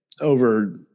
over